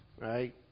right